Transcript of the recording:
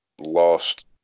lost